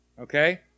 Okay